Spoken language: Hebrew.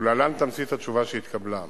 ולהלן תמצית התשובה שהתקבלה: